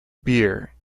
beer